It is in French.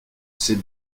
c’est